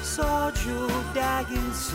sodžių deginsiu